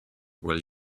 will